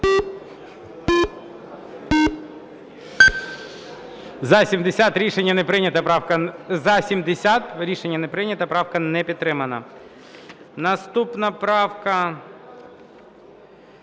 За-70 Рішення не прийнято. Правка не підтримана. Наступна правка,